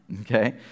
okay